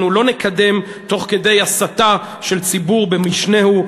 לא נקדם תוך כדי הסתה של ציבור במשנהו,